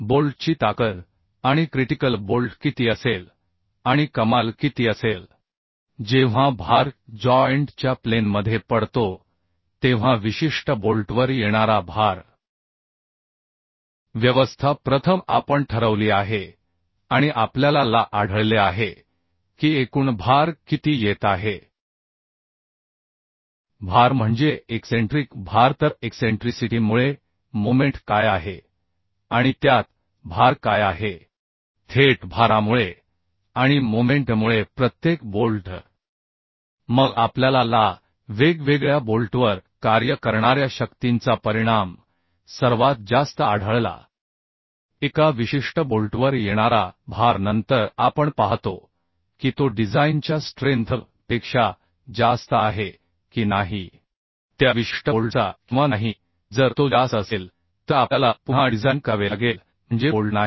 बोल्टची ताकद आणि क्रिटिकल बोल्ट किती असेल आणि कमाल किती असेल जेव्हा भार जॉइंट च्या प्लेन मध्ये पडतो तेव्हा विशिष्ट बोल्टवर येणारा भार व्यवस्था प्रथम आपण ठरवली आहे आणि आपल्याला ला आढळले आहे की एकूण भार किती येत आहे भार म्हणजे एक्सेंट्रिक भार तर एक्सेंट्रीसिटी मुळे मोमेंट काय आहे आणि त्यात भार काय आहे थेट भारामुळे आणि मोमेंटमुळे प्रत्येक बोल्ट मध्ये किती लोड आहे मग आपल्याला वेगवेगळ्या बोल्टवर कार्य करणार्या शक्तींचा परिणाम सर्वात जास्त आढळला एका विशिष्ट बोल्टवर येणारा भार नंतर आपण पाहतो की तो डिझाइनच्या स्ट्रेंथ पेक्षा जास्त आहे की नाही त्या विशिष्ट बोल्टचा किंवा नाही जर तो जास्त असेल तर आपल्याला पुन्हा डिझाइन करावे लागेल म्हणजे बोल्ट नाही